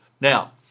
Now